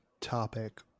topic